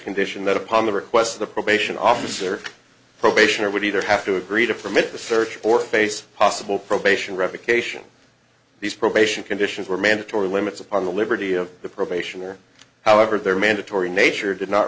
condition that upon the request of the probation officer probationer would either have to agree to from it the search or face possible probation revocation these probation conditions were mandatory limits upon the liberty of the probation or however their mandatory nature did not